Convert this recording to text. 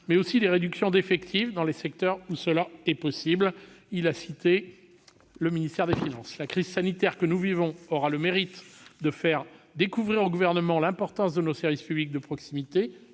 mais aussi des réductions d'effectifs dans les secteurs où cela est possible- il a cité le ministère des finances. La crise sanitaire et économique que nous vivons aura le mérite de faire découvrir au Gouvernement l'importance de nos services publics de proximité